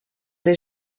les